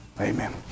Amen